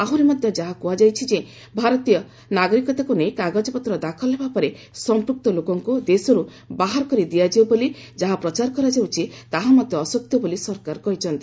ଆହୁରି ମଧ୍ୟ ଯାହା କୁହାଯାଉଛି ଯେ ଭାରତୀୟ ନାଗରିକତାକୁ ନେଇ କାଗଜପତ୍ର ଦାଖଲ ହେବା ପରେ ସଂପୃକ୍ତ ଲୋକଙ୍କୁ ଦେଶରୁ ବାହାର କରିଦିଆଯିବ ବୋଲି ଯାହା ପ୍ରଚାର କରାଯାଉଛି ତାହା ମଧ୍ୟ ଅସତ୍ୟ ବୋଲି ସରକାର କହିଛନ୍ତି